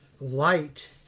light